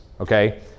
okay